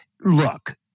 look